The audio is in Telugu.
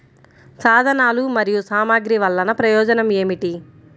సాధనాలు మరియు సామగ్రి వల్లన ప్రయోజనం ఏమిటీ?